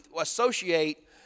associate